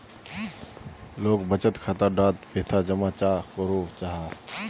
लोग बचत खाता डात पैसा जमा चाँ करो जाहा?